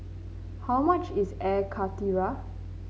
how much is Air Karthira